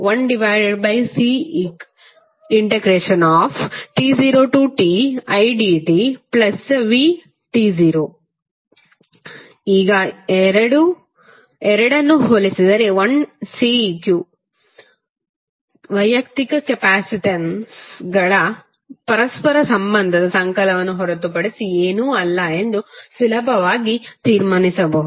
1Ceqt0tidtv ಈಗ ಈ ಎರಡನ್ನು ಹೋಲಿಸಿದರೆ1Ceq ವೈಯಕ್ತಿಕ ಕೆಪಾಸಿಟನ್ಗಳ ಪರಸ್ಪರ ಸಂಬಂಧದ ಸಂಕಲನವನ್ನು ಹೊರತುಪಡಿಸಿ ಏನೂ ಅಲ್ಲ ಎಂದು ಸುಲಭವಾಗಿ ತೀರ್ಮಾನಿಸಬಹುದು